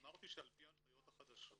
אמרתי שעל פי ההנחיות החדשות